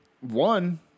one